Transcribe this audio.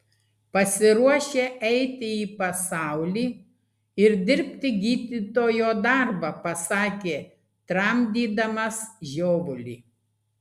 pasiruošę eiti į pasaulį ir dirbti gydytojo darbą pasakė tramdydamas žiovulį